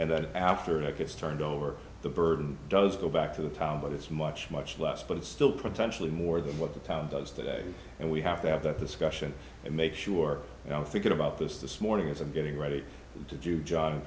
and then after it gets turned over the burden does go back to the town but it's much much less but it's still potentially more than what the town does today and we have to have that discussion and make sure i'm thinking about this this morning as i'm getting ready to do